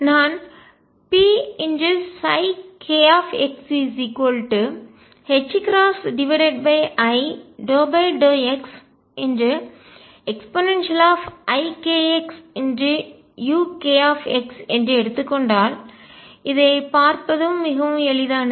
நான் pkxi∂xeikxuk என்று எடுத்துக்கொண்டால் இதை பார்ப்பதும் மிகவும் எளிதானது